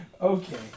Okay